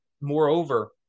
Moreover